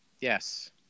yes